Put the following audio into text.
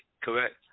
correct